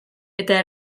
eta